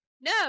No